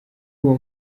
uwo